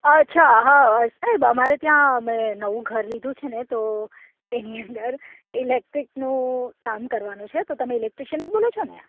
અચ્છા હા સાહેબ અમારે ત્યાં અમે નવું ઘર લીધું છે ને તો એની અંદર ઇલેક્ટ્રિકનું કામ કરવાનું છે તો તમે ઇલેકટ્રીશન જ બોલો છો ને